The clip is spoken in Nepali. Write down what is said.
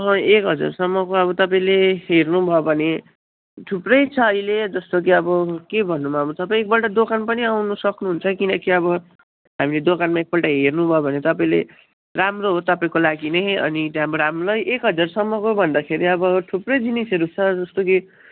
एक हजारसम्मको अब तपाईँले हेर्नुभयो भने थुप्रै छ अहिले जस्तो कि अब के भनौँ अब तपाईँ एकपल्ट दोकान पनि आउनु सक्नुहुन्छ किनकि अब हामी दोकानमा एकपल्ट हेर्नुभयो भने तपाईँले राम्रो हो तपाईँको लागि नै अनि त्यहाँबाट राम्रै एक हजारसम्मको भन्दाखेरि अब थुप्रै जिनिसहरू छ जस्तो कि